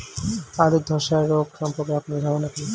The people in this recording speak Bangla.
আলু ধ্বসা রোগ সম্পর্কে আপনার ধারনা কী?